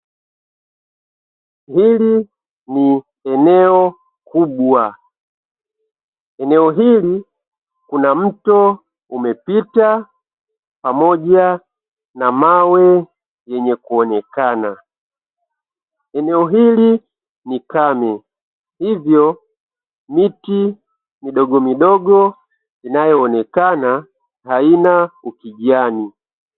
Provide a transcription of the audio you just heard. Hili ni eneo kubwa! Eneo hili kuna mto umepita pamoja na mawe yenye kuonekana. Eneo hili ni kame, hivyo miti midogo midogo inayoonekana haina ukijani.